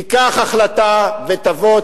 תיקח החלטה ותבוא,